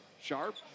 Sharp